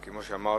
כמו שאמרת,